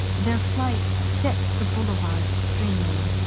their flight sets the boulevards streaming.